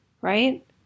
right